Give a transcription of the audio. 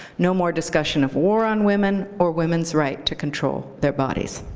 no more discussion of war on women or women's right to control their bodies.